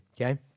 Okay